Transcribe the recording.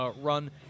run